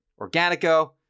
Organico